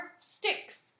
sticks